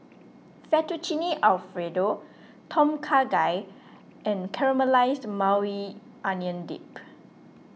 Fettuccine Alfredo Tom Kha Gai and Caramelized Maui Onion Dip